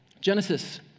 Genesis